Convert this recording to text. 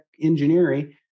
engineering